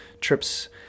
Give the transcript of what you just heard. trips